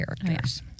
characters